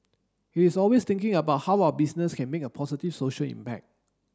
he is always thinking about how our business can make a positive social impact